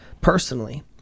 personally